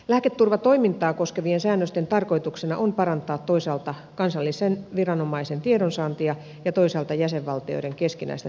lääketurvatoimintaa koskevien säännösten tarkoituksena on parantaa toisaalta kansallisen viranomaisen tiedonsaantia ja toisaalta jäsenvaltioiden keskinäistä tiedonvaihtoa